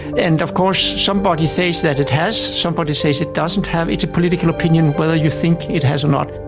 and of course somebody says that it has, somebody says it doesn't have, it's a political opinion whether you think it has or not.